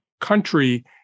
country